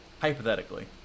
hypothetically